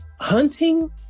hunting